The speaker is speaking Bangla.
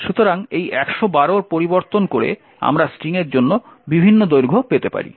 সুতরাং এই 112 এর পরিবর্তন করে আমরা স্ট্রিংয়ের জন্য বিভিন্ন দৈর্ঘ্য পেতে পারি